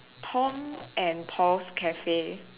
Tom and Paul's cafe